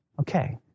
okay